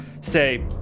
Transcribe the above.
say